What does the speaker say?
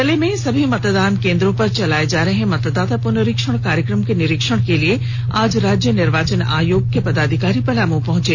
जिले में सभी मतदान केंद्रों पर चलाए जा रहे मतदाता पुनरीक्षण कार्यक्रम के निरीक्षण के लिए आज राज्य निर्वाचन आयोग के पदाधिकारी पलाम पहंचे